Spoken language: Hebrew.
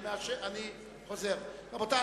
רבותי,